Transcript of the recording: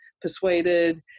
persuaded